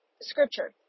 Scripture